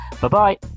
Bye-bye